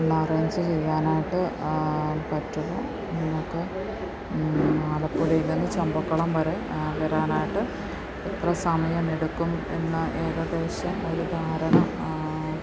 ഒന്ന് അറേഞ്ച് ചെയ്യാനായിട്ട് പറ്റുമോ നിങ്ങൾക്ക് ആലപ്പുഴയിൽ നിന്ന് ചമ്പക്കുളം വരെ വരാനായിട്ട് എത്ര സമയമെടുക്കും എന്ന് ഏകദേശം ഒരു ധാരണ